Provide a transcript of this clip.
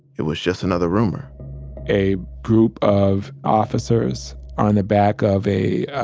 it was just another rumor a group of officers on the back of a,